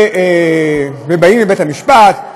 ובאים לבית-המשפט,